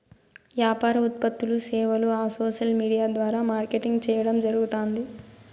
యాపార ఉత్పత్తులూ, సేవలూ ఆ సోసల్ విూడియా ద్వారా మార్కెటింగ్ చేయడం జరగుతాంది